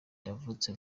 navutse